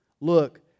Look